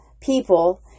people